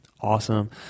awesome